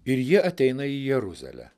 ir jie ateina į jeruzalę